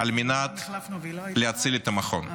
על מנת להציל את המכון.